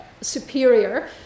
superior